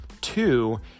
two